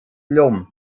liom